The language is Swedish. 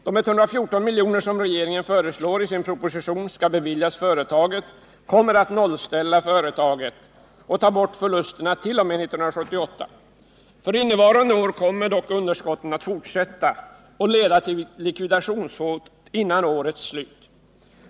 De 114 milj.kr. som regeringen föreslår att företaget skall beviljas kommer att nollställa företaget, dvs. ta bort förlusterna t.o.m. 1978. Även innevarande år kommer dock verksamheten att ge underskott, vilket leder till likvidationshot innan året är slut.